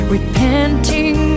Repenting